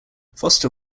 foster